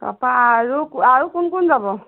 তাপা আৰু কো আৰু কোন কোন যাব